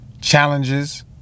challenges